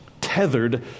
tethered